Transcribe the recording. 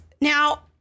Now